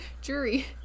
jury